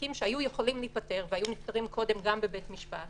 שהתיקים שהיו יכולים להיפתר והיו נפתרים קודם גם בבית משפט